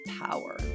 power